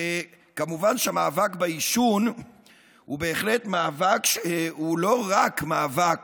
כמובן שמאבק בעישון הוא לא רק מאבק